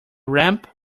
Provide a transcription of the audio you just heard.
ramp